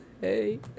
hey